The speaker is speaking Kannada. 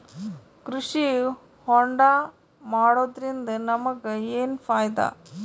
ಕೃಷಿ ಹೋಂಡಾ ಮಾಡೋದ್ರಿಂದ ನಮಗ ಏನ್ ಫಾಯಿದಾ?